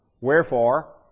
Wherefore